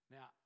Now